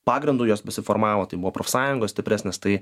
pagrindu jos besiformavo tai buvo profsąjungos stipresnės tai